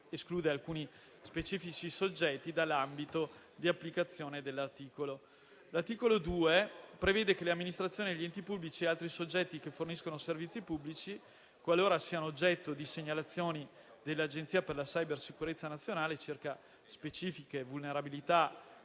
L'articolo 2 prevede che le amministrazioni e gli enti pubblici e altri soggetti che forniscono servizi pubblici, qualora siano oggetto di segnalazioni dell'Agenzia per la cybersicurezza nazionale circa specifiche vulnerabilità